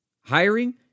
Hiring